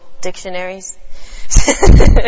dictionaries